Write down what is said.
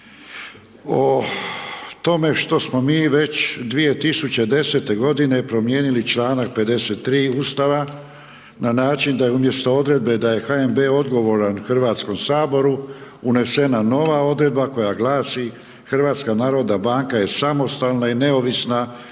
o tome što smo mi već 2010. godine promijenili čl. 53 Ustava, na način da je umjesto odredbe da je HNB odgovora HS-u, unesena nova odredba, koja glasi, HNB je samostalna i neovisna i